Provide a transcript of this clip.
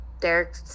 Derek